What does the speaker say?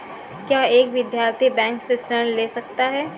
क्या एक विद्यार्थी बैंक से ऋण ले सकता है?